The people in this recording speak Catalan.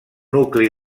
nucli